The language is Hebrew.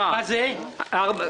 הצבעה בעד, רוב נגד,